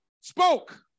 spoke